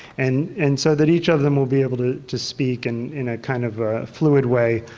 and and so that each of them will be able to to speak and in a kind of a fluid way,